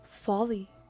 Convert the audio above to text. folly